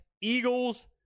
Eagles